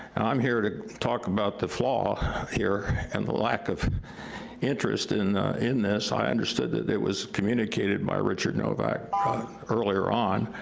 i'm here to talk about the flaw here and the lack of interest in in this. i understood that it was communicated by richard novak ah earlier on,